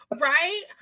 Right